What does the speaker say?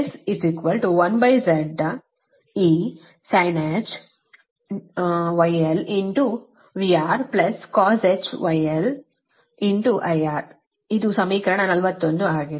ಅದೇ ರೀತಿ IS 1Zc sinh γlVRcosh γlIR ಇದು ಸಮೀಕರಣ 41 ಆಗಿದೆ